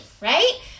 right